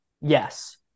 yes